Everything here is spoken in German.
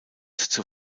zur